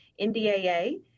NDAA